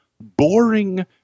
boring